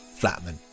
Flatman